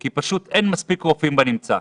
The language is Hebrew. כי אין מספיק רופאים בנמצא.